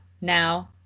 now